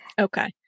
Okay